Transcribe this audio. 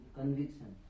conviction